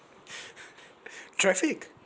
traffic